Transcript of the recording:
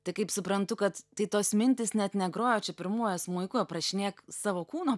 tai kaip suprantu kad tai tos mintys net negroja čia pirmuoju smuiku aprašinėk savo kūno